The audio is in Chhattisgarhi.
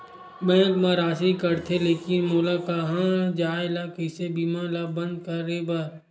बैंक मा राशि कटथे लेकिन मोला कहां जाय ला कइसे बीमा ला बंद करे बार?